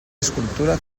escultura